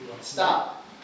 Stop